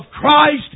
Christ